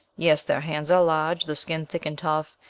yes, their hands are large, the skin thick and tough,